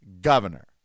governor